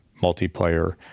multiplayer